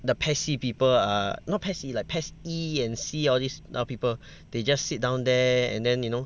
the PES C people are not PES C lah PES E and C all these type of people they just sit down there and then you know